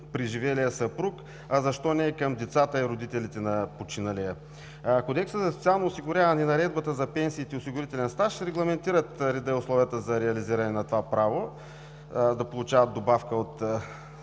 преживелия съпруг, а защо не и към децата и родителите на починалия. Кодексът за социално осигуряване и Наредбата за пенсиите и осигурителния стаж регламентират реда и условията за реализиране на това право – да получават добавка от